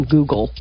Google